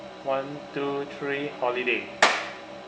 one two three holiday